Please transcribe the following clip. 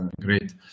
great